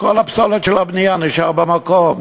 כל פסולת הבנייה נשארה במקום,